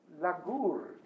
lagur